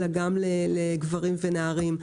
אלא גם לגברים ונערים.